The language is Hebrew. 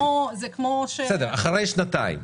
אחרי שנתיים?